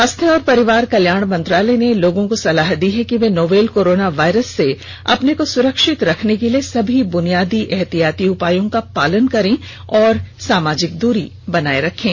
स्वास्थ्य और परिवार कल्याण मंत्रालय ने लोगों को सलाह दी है कि वे नोवल कोरोना वायरस से अपने को सुरक्षित रखने के लिए सभी बुनियादी एहतियाती उपायों का पालन करें और सामाजिक दूरी बनाए रखें